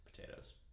potatoes